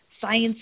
science